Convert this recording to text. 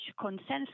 consensus